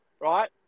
right